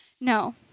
No